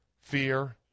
fear